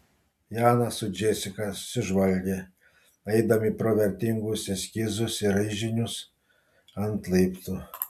janas su džesika susižvalgė eidami pro vertingus eskizus ir raižinius ant laiptų